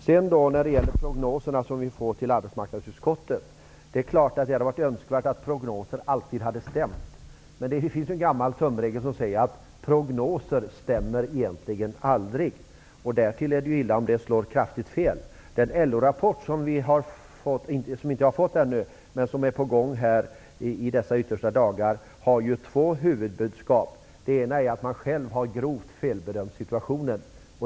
Beträffande de prognoser som vi får till arbetsmarknadsutskottet hade det varit önskvärt att prognoserna alltid hade stämt. Men det finns en gammal tumregel som säger att prognoser egentligen aldrig stämmer. Därtill är det ju illa om de slår kraftigt fel. Den LO-rapport som är på gång i dessa yttersta dagar har två huvudbudskap. Det ena är att man själv har grovt felbedömt situationen.